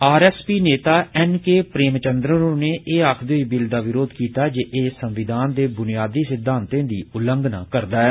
R S P नेता N K Premachandran होरें एह् आक्खदे ओह् बिल दा विरोध कीता जे एह् संविधान दे बुनियादी सिद्धांते दी उल्लंघना करदा ऐ